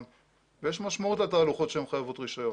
ויש משמעות לתהלוכות שמחייבות רישיון,